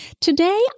Today